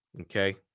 Okay